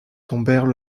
tombèrent